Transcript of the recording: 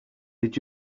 did